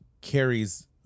carries